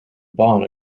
bonn